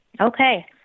Okay